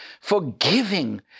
forgiving